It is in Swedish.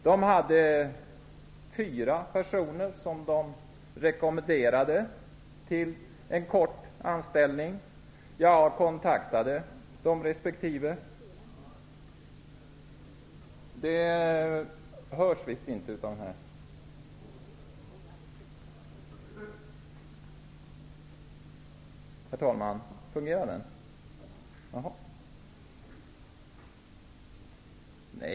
De hade fyra personer som de rekommenderade till en kort anställning. Jag kontaktade de personerna. Herr talman! Jag hörs visst inte i högtalarna.